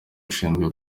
ushinzwe